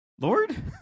Lord